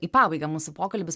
į pabaigą mūsų pokalbis